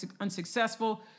unsuccessful